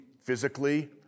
physically